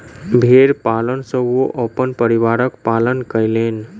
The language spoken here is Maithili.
भेड़ पालन सॅ ओ अपन परिवारक पालन कयलैन